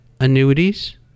annuities